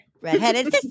Redheaded